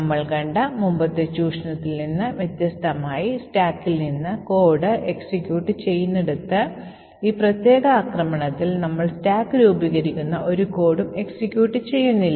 നമ്മൾ കണ്ട മുമ്പത്തെ ചൂഷണത്തിൽ നിന്ന് വ്യത്യസ്തമായി സ്റ്റാക്കിൽ നിന്ന് കോഡ് എക്സിക്യൂട്ട് ചെയ്യുന്നിടത്ത് ഈ പ്രത്യേക ആക്രമണത്തിൽ നമ്മൾ സ്റ്റാക്ക് രൂപീകരിക്കുന്ന ഒരു കോഡും എക്സിക്യൂട്ട് ചെയ്യുന്നില്ല